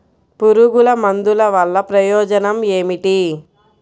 పురుగుల మందుల వల్ల ప్రయోజనం ఏమిటీ?